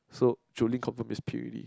so Julin confirm be P already